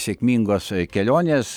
sėkmingos kelionės